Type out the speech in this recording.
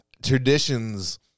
traditions